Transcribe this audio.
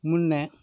முன்னே